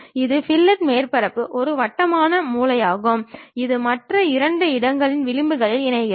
ஒரு ஃபில்லட் மேற்பரப்பு ஒரு வட்டமான மூலையாகும் இது மற்ற இரண்டு மேற்பரப்புகளின் விளிம்புகளை இணைக்கிறது